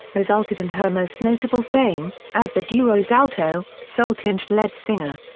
resulted in her most notable fame, as the duo's alto, soul-tinged lead singer.